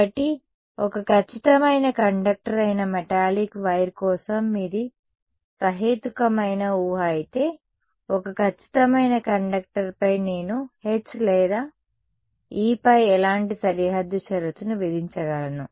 కాబట్టి ఒక ఖచ్చితమైన కండక్టర్ అయిన మెటాలిక్ వైర్ కోసం మీది సహేతుకమైన ఊహ అయితే ఒక ఖచ్చితమైన కండక్టర్పై నేను H లేదా Eపై ఎలాంటి సరిహద్దు షరతును విధించగలను